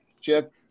Chip